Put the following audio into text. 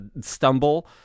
stumble